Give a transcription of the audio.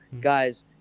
guys